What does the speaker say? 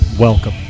Welcome